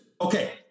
Okay